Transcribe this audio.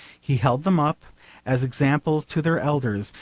he held them up as examples to their elders,